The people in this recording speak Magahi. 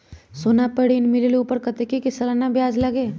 सोना पर ऋण मिलेलु ओपर कतेक के सालाना ब्याज लगे?